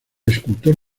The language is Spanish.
escultor